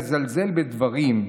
לזלזל בדברים,